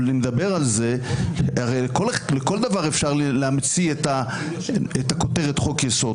הרי לכל דבר אפשר להמציא את הכותרת "חוק-יסוד".